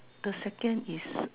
the second is